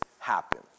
Happen